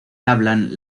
hablan